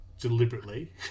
deliberately